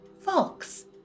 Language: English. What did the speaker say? fox